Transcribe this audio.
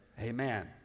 Amen